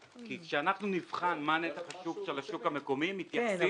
כי כשנבחן מה נתח השוק של השוק המקומי --- הוא מדבר על משהו רציני.